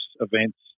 events